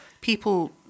People